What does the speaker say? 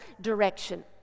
direction